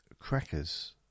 crackers